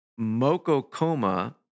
Mokokoma